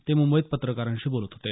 ते मुंबईत पत्रकारांशी बोलत होते